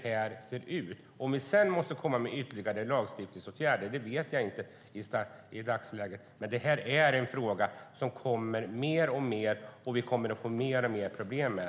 Om regeringen sedan måste lägga fram förslag till ytterligare lagstiftning kan man inte veta i dagsläget, men det här är en fråga som det kommer att bli mer och mer problem med.